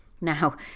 Now